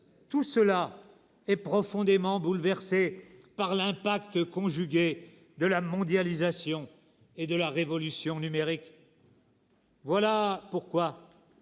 Tout cela est profondément bouleversé par l'impact conjugué de la mondialisation et de la révolution numérique. « Voilà pourquoi